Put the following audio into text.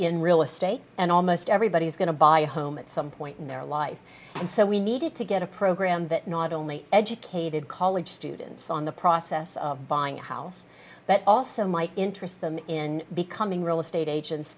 in real estate and almost everybody is going to buy a home at some point in their life and so we needed to get a program that not only educated college students on the process of buying a house but also might interest them in becoming real estate agents